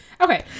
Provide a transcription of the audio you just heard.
Okay